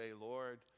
Lord